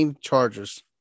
chargers